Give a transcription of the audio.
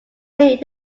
may